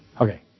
Okay